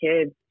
kids